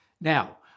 Now